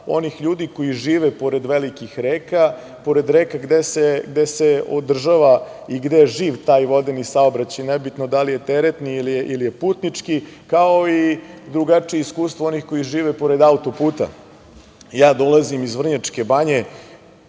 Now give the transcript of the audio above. onih ljudi koji žive pored velikih reka, pored reka gde se održava i gde je živ taj vodeni saobraćaj, nebitno da li je teretni ili putnički, kao i drugačije iskustvo onih koji žive pored auto puta. Ja dolazim iz Vrnjačke Banje,